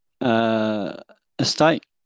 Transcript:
Estate